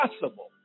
possible